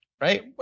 right